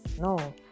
no